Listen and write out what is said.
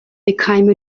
became